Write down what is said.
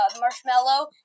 Marshmallow